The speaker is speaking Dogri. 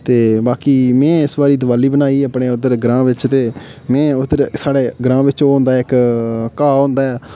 ते बाकि में इस बारी दिवाली बनाई अपने उद्धर ग्रांऽ बिच ते में उद्धर साढ़े ग्रांऽ बिच ओह् होंदा इक घाऽ होंदा ऐ